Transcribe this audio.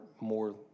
more